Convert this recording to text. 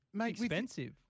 expensive